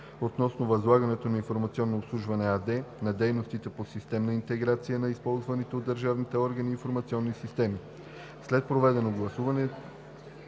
относно възлагането на „Информационно обслужване“ АД на дейностите по системна интеграция на използваните от държавните органи информационни системи. След проведеното гласуване